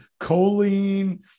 choline